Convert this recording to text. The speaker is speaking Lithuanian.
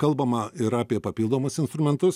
kalbama ir apie papildomus instrumentus